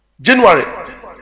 January